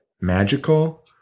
magical